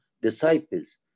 disciples